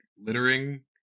littering